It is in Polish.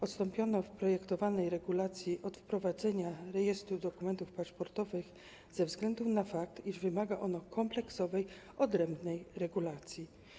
Odstąpiono w projektowanej regulacji od wprowadzenia rejestru dokumentów paszportowych ze względu na fakt, iż wymaga on kompleksowej, odrębnej regulacji.